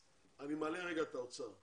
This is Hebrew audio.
אני מעלה רגע את האוצר.